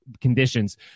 conditions